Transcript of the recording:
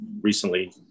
recently